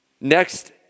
next